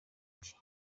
iki